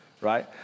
right